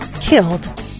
killed